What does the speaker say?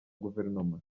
guverinoma